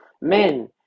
Men